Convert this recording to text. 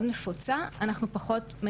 שהרבה פעמים אנחנו רואים אחר כך,